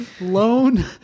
lone